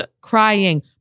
Crying